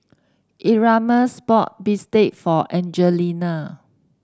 Erasmus bought bistake for Angelina